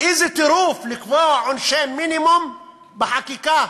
איזה טירוף לקבוע עונשי מינימום בחקיקה?